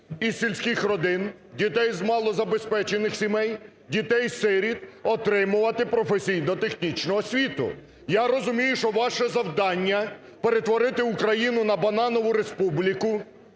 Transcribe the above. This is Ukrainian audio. і сільських родин, дітей, з малозабезпечених сімей, дітей-сиріт отримувати професійно-технічну освіту. Я розумію, що ваше завдання – перетворити Україну на бананову республіку,